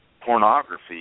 pornography